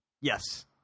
Yes